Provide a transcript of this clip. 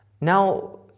Now